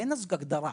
אין הגדרה,